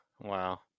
wow